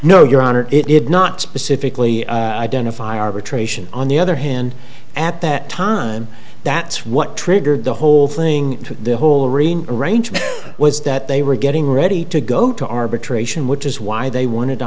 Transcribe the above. no your honor it not specifically identify arbitration on the other hand at that time that's what triggered the whole thing the whole arena arrangement was that they were getting ready to go to arbitration which is why they wanted